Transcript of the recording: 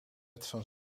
van